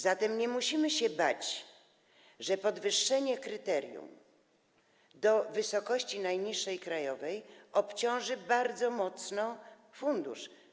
Zatem nie musimy się bać, że podwyższenie kryterium do poziomu najniższej krajowej obciąży bardzo mocno fundusz.